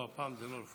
לא, הפעם זה לא רפורמה.